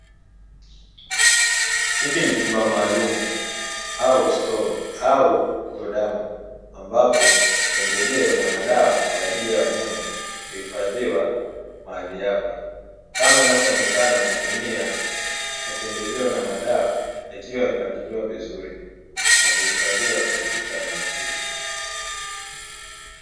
Hiki ni chumba maalumu au stoo au godauni, ambapo pembejeo na madawa kwa ajili ya wanyama huhifadhiwa mahali hapa, kama inavyoonekana magunia ya pembejeo na madawa yakiwa yamepangiliwa vizuri na kuhifadhiwa katika eneo hili.